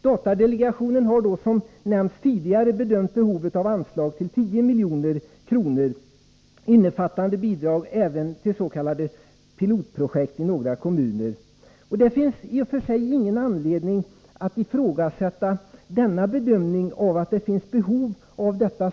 Datadelegationen har som nämnts tidigare bedömt anslagsbehovet till 10 milj.kr. innefattande bidrag även till s.k. pilotprojekt i några kommuner. Det finns i och för sig ingen anledning att ifrågasätta bedömningen att behovet av anslag är så stort.